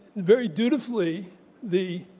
very dutifully the